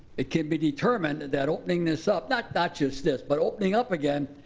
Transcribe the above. it could be determined that opening this up, not not just this, but opening up again,